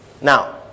Now